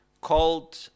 called